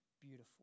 beautiful